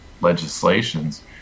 legislations